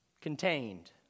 contained